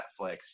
Netflix